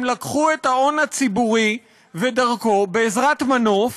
הם לקחו את ההון הציבורי ודרכו, בעזרת מנוף,